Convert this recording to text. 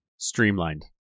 Streamlined